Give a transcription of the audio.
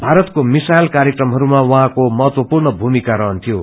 भारतको मिसाईल कार्यक्रमहरूमा उहाँको महत्वपूर्ण भूमिका रहन्थ्यो